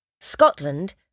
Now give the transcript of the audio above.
Scotland